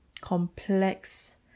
Complex